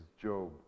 Job